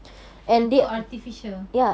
they are too artificial